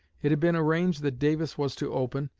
it had been arranged that davis was to open,